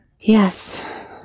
Yes